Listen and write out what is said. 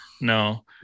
No